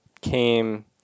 came